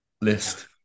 list